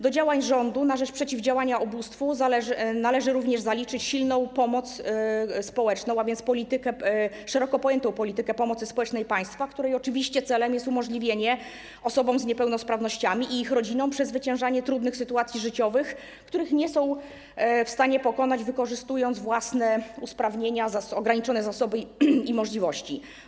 Do działań rządu na rzecz przeciwdziałania ubóstwu należy również zaliczyć silną pomoc społeczną, a więc szeroko pojętą politykę pomocy społecznej państwa, której celem jest oczywiście umożliwienie osobom z niepełnosprawnościami i ich rodzinom przezwyciężanie trudnych sytuacji życiowych, których nie są w stanie pokonać, wykorzystując własne usprawnienia, ograniczone zasoby i możliwości.